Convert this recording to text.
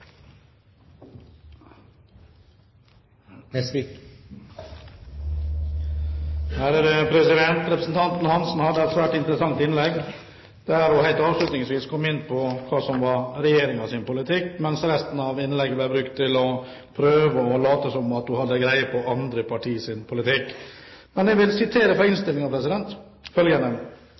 Representanten Lillian Hansen hadde et svært interessant innlegg, der hun helt avslutningsvis kom inn på hva som er Regjeringens politikk, mens resten av innlegget ble brukt til å prøve å late som om hun hadde greie på andre partiers politikk. Jeg vil sitere følgende fra